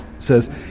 says